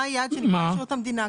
מה היעד שנקבע לשירות המדינה?